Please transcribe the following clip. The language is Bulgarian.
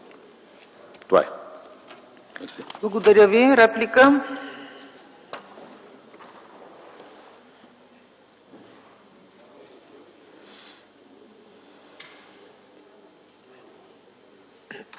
Благодаря Ви. Реплика?